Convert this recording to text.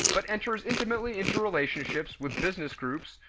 but enters intimately into relationships with business groups,